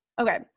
Okay